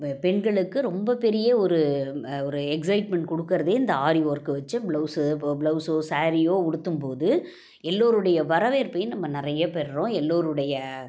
பெ பெண்களுக்கு ரொம்ப பெரிய ஒரு ஒரு எக்ஸ்சைட்மெண்ட் கொடுக்குறதே இந்த ஆரி ஒர்க் வெச்ச ப்ளவுஸு இப்போ ப்ளவுஸோ ஸாரீயோ உடுத்தும்போது எல்லோருடைய வரவேற்பையும் நம்ம நிறைய பெறுறோம் எல்லோருடைய